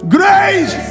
Grace